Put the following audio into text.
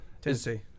tennessee